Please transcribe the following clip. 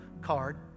card